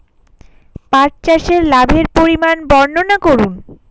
পাঠ চাষের লাভের পরিমান বর্ননা করুন?